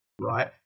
right